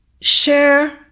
share